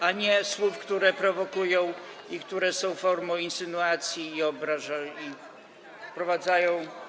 a nie słów, które prowokują i które są formą insynuacji i wprowadzają.